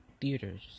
theaters